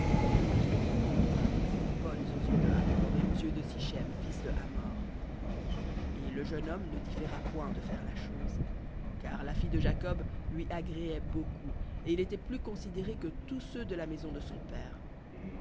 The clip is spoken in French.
et leurs paroles furent bonnes aux yeux de hamor et aux yeux de sichem fils de hamor et le jeune homme ne différa point de faire la chose car la fille de jacob lui agréait beaucoup et il était plus considéré que tous ceux de la maison de son père